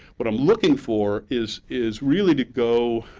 what i'm looking for is is really to go